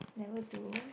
never do